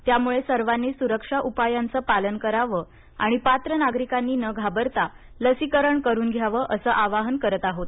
त्यामुळे सर्वांनीच सुरक्षा उपायांचं पालन करावं आणि पात्र नागरिकांनी न घाबरता लसीकरण करून घ्यावं असं आवाहन करत आहोत